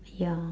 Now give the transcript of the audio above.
ya